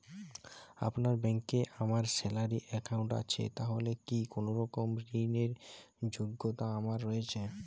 আপনার ব্যাংকে আমার স্যালারি অ্যাকাউন্ট আছে তাহলে কি কোনরকম ঋণ র যোগ্যতা আমার রয়েছে?